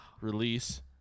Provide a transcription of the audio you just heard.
release